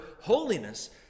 holiness